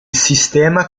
sistema